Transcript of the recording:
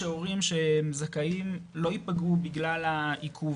שהורים שהם זכאים לא יפגעו בגלל העיכוב